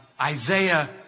Isaiah